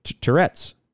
Tourette's